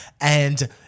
and-